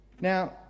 Now